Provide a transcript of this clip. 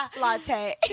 Latte